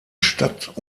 stadt